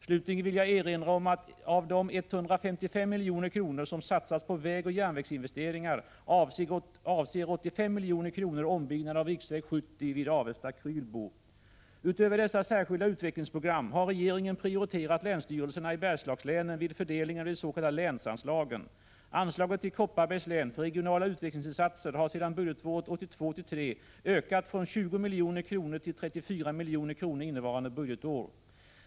Slutligen vill jag erinra om att av de 155 milj.kr. som satsas på vägoch järnvägsinvesteringar avser 85 milj.kr. ombyggnad av riksväg 70 vid Avesta-Krylbo. Utöver dessa särskilda utvecklingsprogram har regeringen prioriterat länsstyrelserna i Bergslagslänen vid fördelningen av de s.k. länsanslagen. Anslaget till Kopparbergs län för regionala utvecklingsinsatser har sedan budgetåret 1982/83 ökat från 20 milj.kr. till 34 milj.kr. innevarande budgetår.